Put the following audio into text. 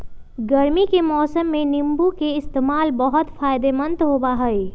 गर्मी के मौसम में नीम्बू के इस्तेमाल बहुत फायदेमंद होबा हई